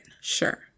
Sure